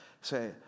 Say